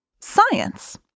science